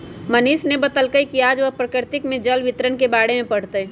मनीष ने बतल कई कि आज वह प्रकृति में जल वितरण के बारे में पढ़ तय